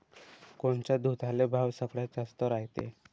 कोनच्या दुधाले भाव सगळ्यात जास्त रायते?